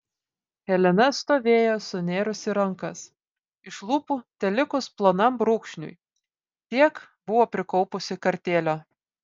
helena stovėjo sunėrusi rankas iš lūpų telikus plonam brūkšniui tiek buvo prikaupusi kartėlio